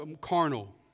carnal